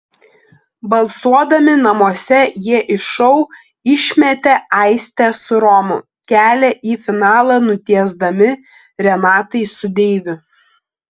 balsuodami namuose jie iš šou išmetė aistę su romu kelią į finalą nutiesdami renatai su deiviu